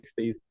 60s